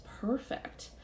perfect